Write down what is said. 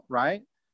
right